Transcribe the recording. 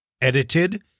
edited